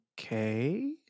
Okay